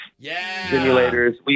simulators